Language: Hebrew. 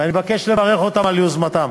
אני מבקש לברך אותם על יוזמתם.